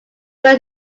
were